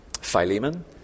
Philemon